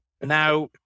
Now